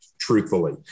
truthfully